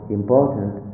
important